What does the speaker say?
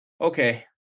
Okay